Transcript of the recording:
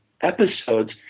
episodes